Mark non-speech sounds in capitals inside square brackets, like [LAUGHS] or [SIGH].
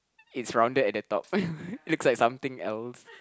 it's rounded at the top [LAUGHS] looks like something else